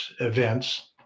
events